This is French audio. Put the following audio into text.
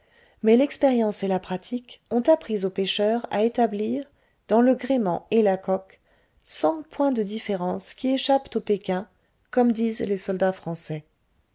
mais l'expérience et la pratique ont appris aux pêcheurs à établir dans le gréement et la coque cent points de différence qui échappent aux pékins comme disent les soldats français